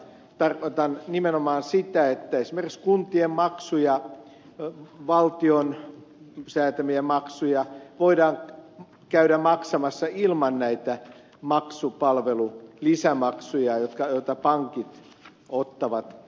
tarkoitan nimenomaan sitä että esimerkiksi kuntien maksuja ja valtion säätämiä maksuja voidaan käydä maksamassa ilman näitä maksupalvelulisämaksuja joita pankit ottavat asiakkailtaan